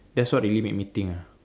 that's what really made me think ah